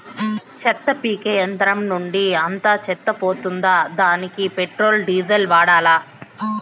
చెత్త పీకే యంత్రం నుండి అంతా చెత్త పోతుందా? దానికీ పెట్రోల్, డీజిల్ వాడాలా?